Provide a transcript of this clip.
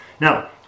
now